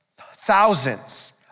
thousands